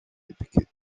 depicted